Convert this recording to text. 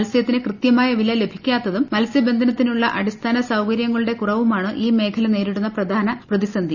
മത്സ്യത്തിന് കൃത്യമായ വില ലഭിക്കാത്തതും മ്ത്സ്യബന്ധനത്തിനുള്ള അടിസ്ഥാന സൌകര്യങ്ങളുടെ കുറവുമാണ് ഈ മേഖല നേരിടുന്ന പ്രധാന പ്രതിസന്ധി